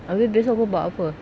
habis besok kau buat apa